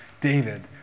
David